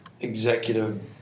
executive